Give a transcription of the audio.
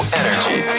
energy